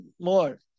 more